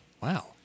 Wow